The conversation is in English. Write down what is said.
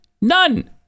none